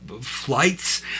flights